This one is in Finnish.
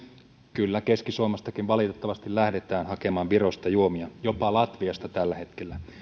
kyllä keski suomestakin valitettavasti lähdetään hakemaan virosta juomia jopa latviasta tällä hetkellä